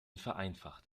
vereinfacht